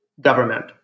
government